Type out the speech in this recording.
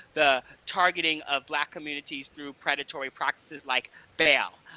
the targeting of black communities through predatory practices like bail.